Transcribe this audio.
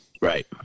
Right